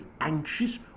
anxious